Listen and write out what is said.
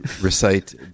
recite